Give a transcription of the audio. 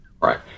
Right